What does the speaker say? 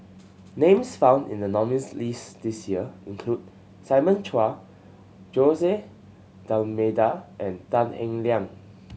names found in the nominees' list this year include Simon Chua Jose D'Almeida and Tan Eng Liang